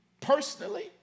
personally